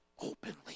openly